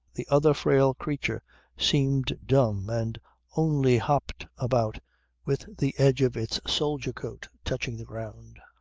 the other frail creature seemed dumb and only hopped about with the edge of its soldier coat touching the ground.